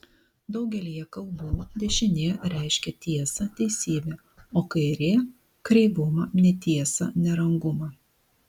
daugelyje kalbų dešinė reiškia tiesą teisybę o kairė kreivumą netiesą nerangumą